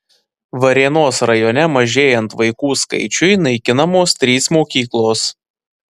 varėnos rajone mažėjant vaikų skaičiui naikinamos trys mokyklos